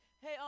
hey